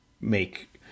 make